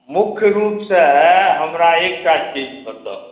लेकिन मुख्य रुपसँ हमरा एकटा चीज बताउ